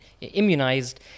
immunized